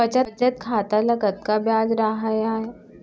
बचत खाता ल कतका ब्याज राहय आय?